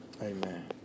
Amen